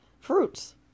Fruits